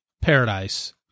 paradise